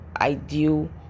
ideal